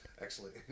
Excellent